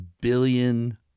billion